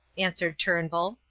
answered turnbull.